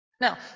Now